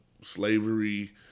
slavery